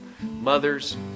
mothers